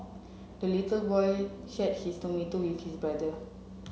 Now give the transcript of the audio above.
the little boy shared his tomato with his brother